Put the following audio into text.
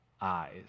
eyes